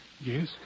Yes